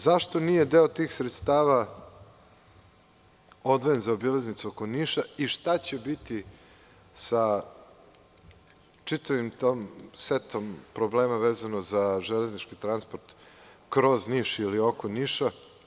Zašto nije deo tih sredstava odvojen za obilaznicu oko Niša i šta će biti sa čitavim tim setom problema vezano za železnički transport kroz Niš ili oko Niša?